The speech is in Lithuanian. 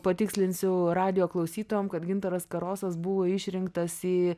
patikslinsiu radijo klausytojam kad gintaras karosas buvo išrinktas į